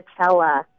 Nutella